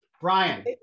Brian